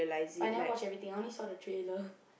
but I never watch everything I only saw the trailer